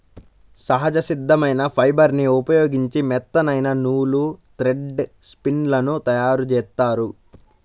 సహజ సిద్ధమైన ఫైబర్ని ఉపయోగించి మెత్తనైన నూలు, థ్రెడ్ స్పిన్ లను తయ్యారుజేత్తారు